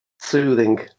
soothing